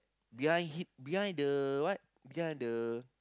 behind hid behind the what behind the